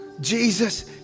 Jesus